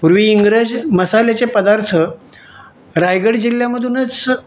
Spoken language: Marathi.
पूर्वी इंग्रज मसाल्याचे पदार्थ रायगड जिल्ह्यामधूनच